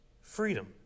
freedom